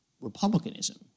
republicanism